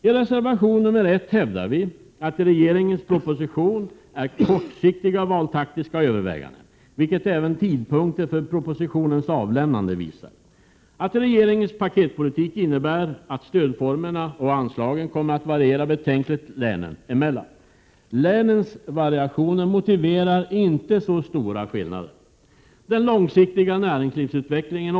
I reservation 1 hävdar vi att regeringens proposition är kortsiktiga valtaktiska överväganden, vilket även tidpunkten för propositionens avlämnande visar, samt att regeringens ”paketpolitik” innebär att stödformerna och anslagen kommer att variera betänkligt länen emellan. Länens variatio ner motiverar inte så stora skillnader. Den långsiktiga näringslivsutveckling — Prot.